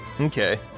Okay